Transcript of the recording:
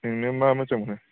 नोङो मा मोजां मोनो